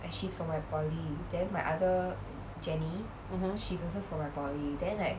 mmhmm